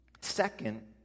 Second